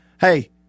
hey